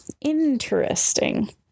interesting